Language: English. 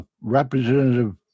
Representative